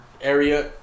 area